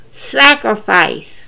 Sacrifice